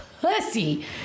pussy